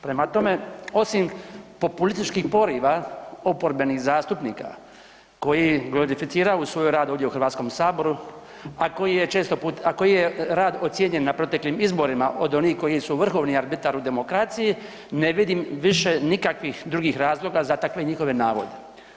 Prema tome, osim populističkih poriva oporbenih zastupnika koji glorificiraju svoj rad ovdje u Hrvatskom saboru, a koji je često put, a koji je rad ocijenjen na proteklim izborima od onih koji su vrhovni arbitar u demokraciji, ne vidim više nikakvih drugih razloga za takve njihove navode.